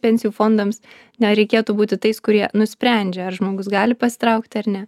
pensijų fondams nereikėtų būti tais kurie nusprendžia ar žmogus gali pasitraukti ar ne